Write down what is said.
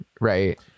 Right